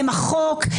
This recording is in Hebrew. הם החוק,